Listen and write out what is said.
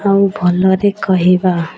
ଆଉ ଭଲରେ କହିବା